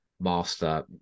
master